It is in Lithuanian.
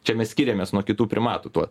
čia mes skiriamės nuo kitų primatų tuo